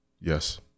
Yes